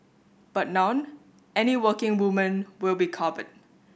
but now any working woman will be covered